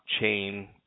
blockchain